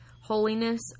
holiness